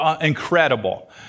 incredible